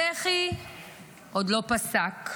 הבכי עוד לא פסק,